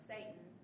Satan